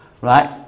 right